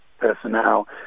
personnel